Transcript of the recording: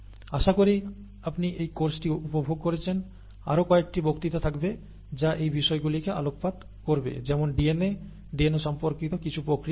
আশা করি আপনি এই কোর্সটি উপভোগ করেছেন আরও কয়েকটি বক্তৃতা থাকবে যা এই বিষয়গুলিকে আলোকপাত করবে যেমন DNA DNA সম্পর্কিত কিছু প্রক্রিয়া ইত্যাদির